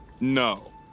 No